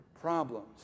problems